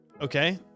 Okay